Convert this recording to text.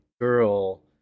girl